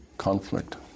conflict